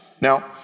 Now